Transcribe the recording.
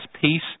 peace